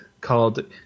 called